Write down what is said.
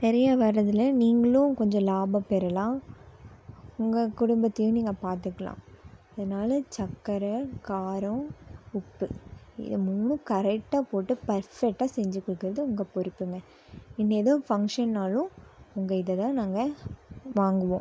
நிறைய வரதில் நீங்களும் கொஞ்சம் லாபம் பெறலாம் உங்கள் குடும்பத்தையும் நீங்கள் பார்த்துக்கலாம் அதனால சக்கரை காரம் உப்பு இதை மூணும் கரெக்டாக போட்டு பர்ஃபெக்டாக செஞ்சுக் கொடுக்கறது உங்கள் பொறுப்புங்க இனி எதுவும் ஃபங்க்ஷன்னாலும் உங்கள் இதை தான் நாங்கள் வாங்குவோம்